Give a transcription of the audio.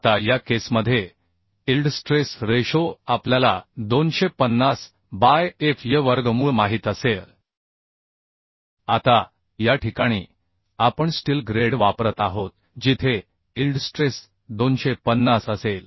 आता या केसमध्ये इल्ड स्ट्रेस रेशो आपल्याला 250 बाय F y वर्गमूळ माहित असेल आता या ठिकाणी आपण स्टील ग्रेड वापरत आहोत जिथे इल्ड स्ट्रेस 250 असेल